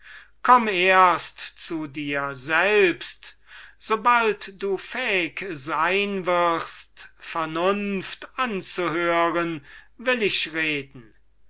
komm erst zu dir selbst sobald du fähig sein wirst vernunft anzuhören will ich reden